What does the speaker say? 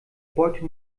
beute